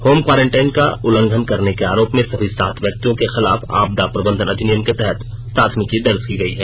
home quarantine का उल्लंघन करने के आरोप में सभी सात व्यक्तियों के खिलाफ आपदा प्रबंधन अधिनियम के तहत प्राथमिकी दर्ज की गई है